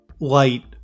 light